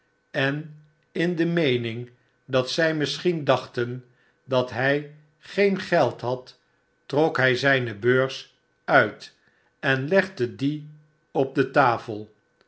en in de meening dat zij misschien dachten dat hij geen geld had trok hij zijne beurs uit en legde die op de tafel